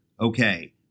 okay